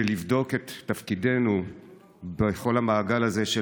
ולבדוק את תפקידנו בכל המעגל הזה של